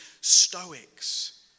stoics